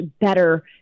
better